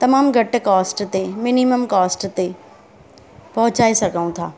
तमामु घटि कॉस्ट ते मिनिमम कॉस्ट ते पहुचाइ सघूं था